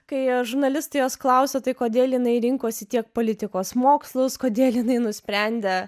kai žurnalistai jos klausia tai kodėl jinai rinkosi tiek politikos mokslus kodėl jinai nusprendė